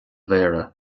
mhéara